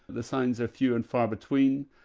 the signs are few and far between.